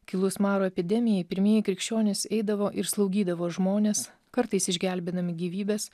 kilus maro epidemijai pirmieji krikščionys eidavo ir slaugydavo žmones kartais išgelbėdami gyvybes